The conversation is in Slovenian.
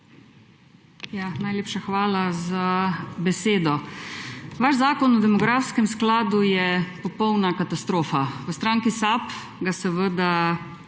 Najlepša hvala za besedo. Vaš zakon o demografskem skladu je popolna katastrofa. V stranki SAB ga seveda